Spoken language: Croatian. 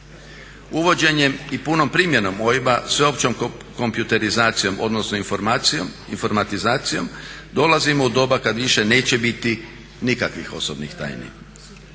Uvođenjem i punom primjenom OIB-a, sveopćom kompjuterizacijom odnosno informacijom, informatizacijom dolazimo u doba kada više neće biti nikakvih osobnih tajni.